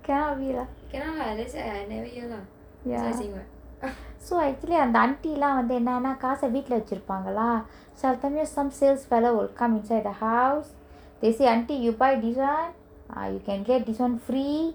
cannot be lah ya so actually அந்த:antha auntie lah என்னானா காச வீட்ல வச்சிருபாங்க:ennaanaa kaasa veetla vachirupanga lah செல சமயோ:sela samayo some sales fellow will come into the house they say auntie you buy this [one] ah you can get this [one] free